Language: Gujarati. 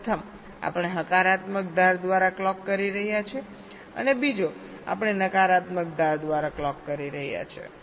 પ્રથમ આપણે હકારાત્મક ધાર દ્વારા ક્લોક કરી રહ્યા છીએ અને બીજો આપણે નકારાત્મક ધાર દ્વારા ક્લોક કરી રહ્યા છીએ